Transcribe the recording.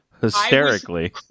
hysterically